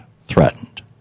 threatened